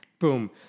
Boom